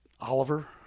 Oliver